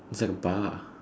is like a bar